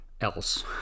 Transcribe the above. else